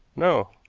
no.